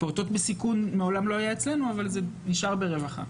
פעוטות בסיכון מעולם לא היה אצלנו אבל זה נשאר ברווחה.